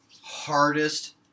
hardest